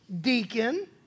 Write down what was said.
deacon